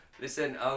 listen